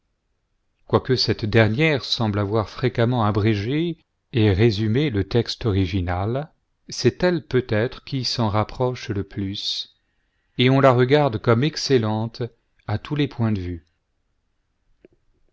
quoique cette dernière semble avoir fréquemmenï abrégé et résumé le texte original c'est elle peut-être qui s'en rapproche le plus et on la regarde comme excellente à tous les points de vue